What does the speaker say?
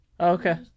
okay